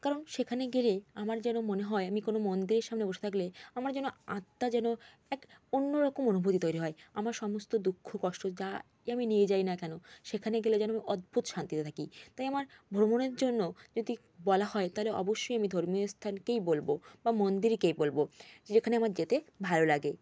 কারণ সেখানে গেলে আমার যেন মনে হয় আমি কোনো মন্দিরের সামনে বসে থাকলে আমার যেন আত্মা যেন এক অন্য রকম অনুভূতি তৈরি হয় আমার সমস্ত দুঃখ কষ্ট যাই আমি নিয়ে যাই না কেন সেখানে গেলে যেন অদ্ভুত শান্তিতে থাকি তাই আমার ভ্রমণের জন্য যদি বলা হয় তালে অবশ্যই আমি ধর্মীয় স্থানকেই বলবো বা মন্দিরকেই বলবো যেখানে আমার যেতে ভালো লাগে